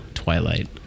Twilight